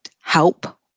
help